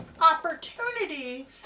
opportunity